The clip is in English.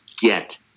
get